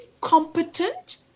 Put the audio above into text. competent